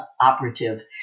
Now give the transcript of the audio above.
operative